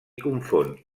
confon